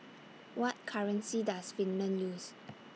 What currency Does Finland use